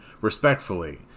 respectfully